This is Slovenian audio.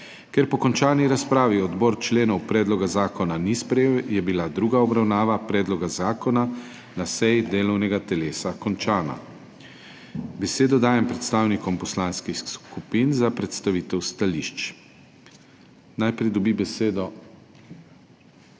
Ker po končani razpravi odbor členov predloga zakona ni sprejel, je bila druga obravnava predloga zakona na seji delovnega telesa končana. Besedo dajem predstavnikom poslanskih skupin za predstavitev stališč. Najprej dobi besedo